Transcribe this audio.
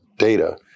data